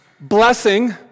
Blessing